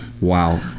Wow